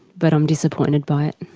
but i'm disappointed by it.